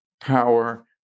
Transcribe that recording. power